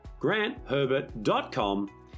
grantherbert.com